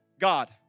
God